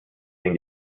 den